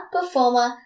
performer